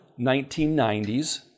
1990s